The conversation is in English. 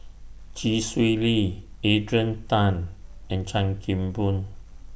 Chee Swee Lee Adrian Tan and Chan Kim Boon